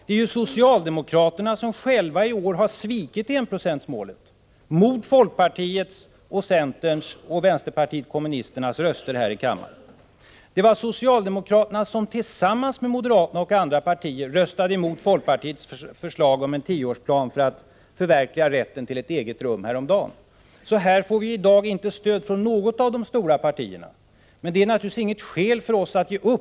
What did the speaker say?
Det är ju socialdemokraterna som själva i år har svikit enprocentsmålet — mot folkpartiets, centerns och vpk:s röster här i kammaren. Det var socialdemokraterna som tillsammans med moderaterna och andra partier häromdagen röstade emot folkpartiets förslag om en tioårsplan för att förverkliga rätten till ett eget rum. I dessa frågor får vi i dag inte stöd från något av de stora partierna. Detta är naturligtvis inte något skäl för oss att ge upp.